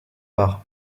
par